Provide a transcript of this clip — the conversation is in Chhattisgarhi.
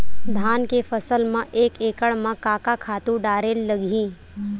धान के फसल म एक एकड़ म का का खातु डारेल लगही?